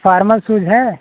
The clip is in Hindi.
फार्मल सूज है